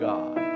God